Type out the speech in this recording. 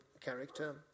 character